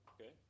okay